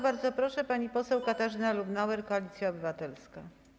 Bardzo proszę, pani poseł Katarzyna Lubnauer, Koalicja Obywatelska.